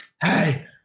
hey